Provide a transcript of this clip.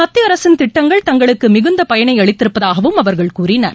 மத்திய அரசின் திட்டங்கள் தங்களுக்கு மிகுந்த பயனை அளித்திருப்பதாகவும் அவர்கள் கூறினர்